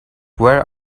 where